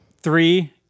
three